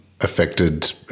affected